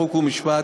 חוק ומשפט,